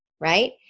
right